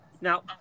now